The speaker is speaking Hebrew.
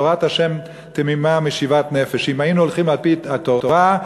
"תורת ה' תמימה משיבת נפש" אם היינו הולכים על-פי התורה,